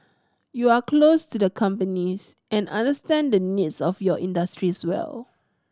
you are close to the companies and understand the needs of your industries well